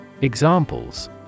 Examples